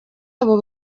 abo